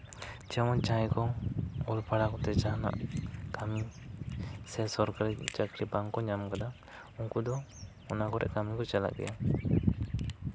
ᱡᱮᱢᱚᱱ ᱡᱟᱦᱟᱸᱭ ᱠᱚ ᱚᱞ ᱯᱟᱲᱦᱟᱣ ᱠᱟᱛᱮ ᱡᱟᱦᱟᱱᱟᱜ ᱥᱮ ᱥᱚᱨᱠᱟᱨᱤ ᱪᱟᱹᱠᱨᱤ ᱵᱟᱝᱠᱚ ᱧᱟᱢ ᱠᱟᱫᱟ ᱩᱱᱠᱩ ᱫᱚ ᱚᱱᱟ ᱠᱚᱨᱮᱜ ᱠᱟᱹᱢᱤ ᱠᱚ ᱪᱟᱞᱟᱜ ᱜᱮᱭᱟ